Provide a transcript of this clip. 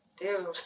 Dude